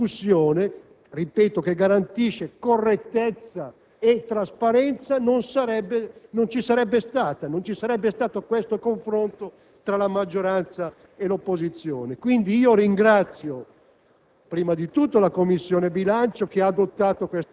fossero accompagnati da relazione tecnica, questa discussione - che, ripeto, garantisce correttezza e trasparenza - non ci sarebbe stata; non ci sarebbe stato questo confronto tra la maggioranza e l'opposizione. Quindi ringrazio